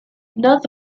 north